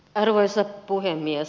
arvoisa puhemies